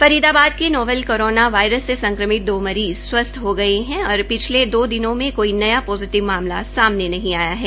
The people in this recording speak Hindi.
फरीदाबाद के नोवेल कोरोनावायरस से संक्रमित दो मरीज स्वस्थ हो गए हैं तथा पिछले दो दिनों में कोई नया पॉजिटिव मामला भी नहीं आया है